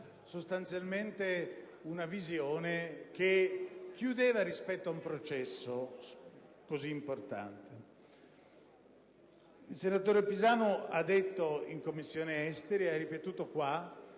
sostanzialmente una visione di chiusura rispetto ad un processo così importante. Il senatore Pisanu ha detto in Commissione esteri e ha ripetuto qui